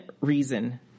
reason